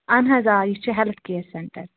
اہن حظ آ یہِ چھِ ہیٚلٕتھ کِیر سیٚنٹَر